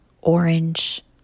orange